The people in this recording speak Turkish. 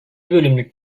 bölümlük